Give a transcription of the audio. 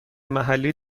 محلی